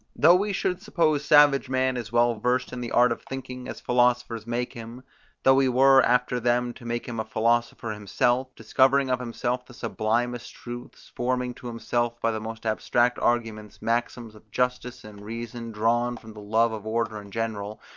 though we should suppose savage man as well versed in the art of thinking, as philosophers make him though we were, after them, to make him a philosopher himself, discovering of himself the sublimest truths, forming to himself, by the most abstract arguments, maxims of justice and reason drawn from the love of order in general,